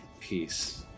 Peace